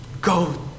go